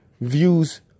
views